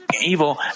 evil